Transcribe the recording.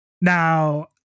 Now